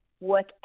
work